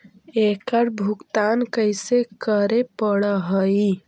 एकड़ भुगतान कैसे करे पड़हई?